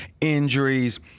injuries